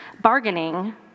bargaining